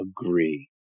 agree